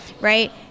right